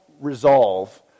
resolve